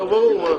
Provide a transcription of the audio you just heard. הרי ברור.